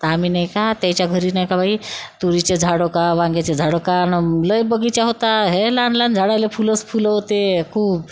तर आम्ही नाही का त्याच्या घरी नाही का बाई तुरीचे झाडं का वांग्याचे झाडं का न लई बगीचा होता हे लहान लहान झाडाले फुलंच फुलं होते खूप